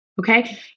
Okay